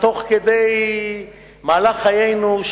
תוך כדי מהלך חיינו,